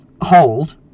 hold